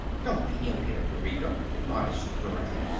don't be impudent, eureka, admonished dorothy.